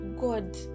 god